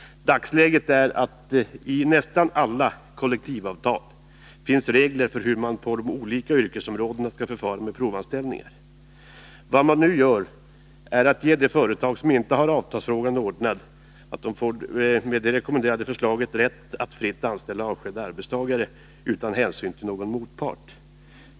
Dagsläget är det att i nästan alla kollektivavtal finns regler för hur man på de olika yrkesområdena skall förfara med provanställningar. Vad man nu gör är att ge de företag som inte har avtalsfrågan ordnad rätt att fritt anställa och avskeda arbetstagare utan hänsyn till någon motpart.